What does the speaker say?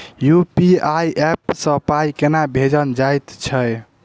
UPI app सँ पाई केना भेजल जाइत छैक?